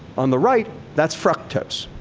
on the right, that's fructose.